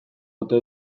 ote